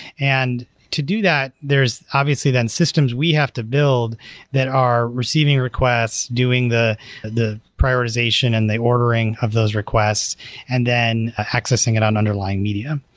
and to do that, there's obviously then systems we have to build that are receiving request doing the the prioritization and the ordering of those requests and then accessing it on underlying media.